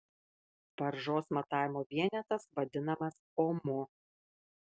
varžos matavimo vienetas vadinamas omu